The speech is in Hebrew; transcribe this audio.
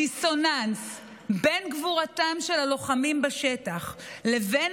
הדיסוננס בין גבורתם של הלוחמים בשטח לבין